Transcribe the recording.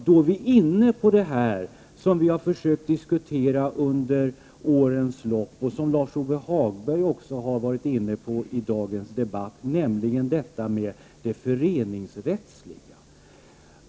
Då är vi inne på det som vi har försökt diskutera under årens lopp och som Lars-Ove Hagberg också har varit inne på i dagens debatt, nämligen detta med det föreningsrättsliga.